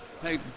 Hey